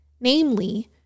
namely